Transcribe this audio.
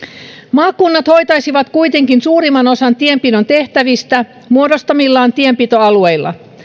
maakunnat hoitaisivat kuitenkin suurimman osan tienpidon tehtävistä muodostamillaan tienpitoalueilla